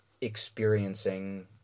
experiencing